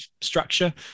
structure